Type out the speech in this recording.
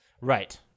Right